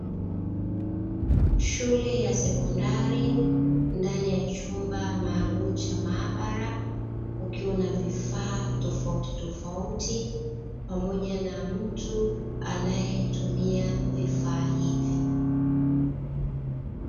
Shule ya sekondari ndani ya chumba maalumu cha maabara kukiwa na vifaa tofautitofauti, pamoja na mtu anaetumia vifaa hivi.